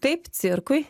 taip cirkui